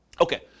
Okay